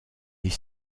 est